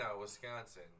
Wisconsin